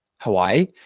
hawaii